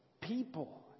people